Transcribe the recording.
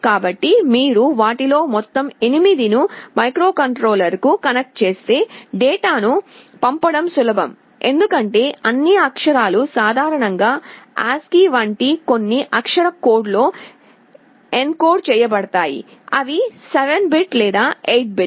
కాబట్టి మీరు వాటిలో మొత్తం 8 ను మైక్రోకంట్రోలర్కు కనెక్ట్ చేస్తే డేటాను పంపడం సులభం ఎందుకంటే అన్ని అక్షరాలు సాధారణంగా ASCII వంటి కొన్ని అక్షర కోడ్లో ఎన్కోడ్ చేయబడతాయి అవి 7 బిట్ లేదా 8 బిట్